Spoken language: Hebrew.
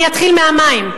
אני אתחיל מהמים,